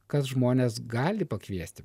kas žmones gali pakviesti